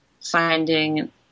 finding